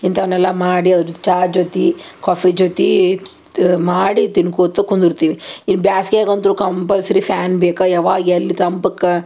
ಇಂಥವನ್ನೆಲ್ಲ ಮಾಡಿ ಅದ್ರ ಜೊತೆ ಚಾ ಜೊತೆ ಕಾಫಿ ಜೊತೆ ತ ಮಾಡಿ ತಿನ್ಕೋತ ಕುಂದಿರ್ತೀವಿ ಈ ಬ್ಯಾಸ್ಗ್ಯಾಗ ಅಂತು ಕಂಪಲ್ಸರಿ ಫ್ಯಾನ್ ಬೇಕು ಯಾವಾಗ ಎಲ್ಲಿ ತಂಪಕ್ಕ